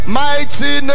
mighty